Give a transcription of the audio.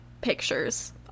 pictures